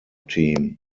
team